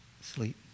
sleep